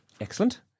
Excellent